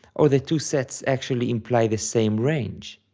or the two sets actually imply the same range?